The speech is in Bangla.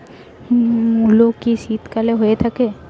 মূলো কি শীতকালে হয়ে থাকে?